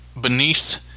beneath